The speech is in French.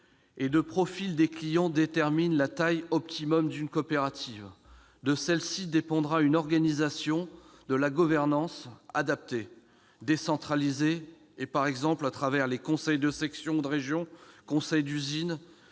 et de profil des clients déterminent la taille optimum d'une coopérative. De celle-ci dépendra une organisation de la gouvernance adaptée, décentralisée, par exemple à travers des conseils de section ou de région, des conseils d'usine,